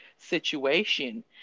situation